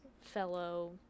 fellow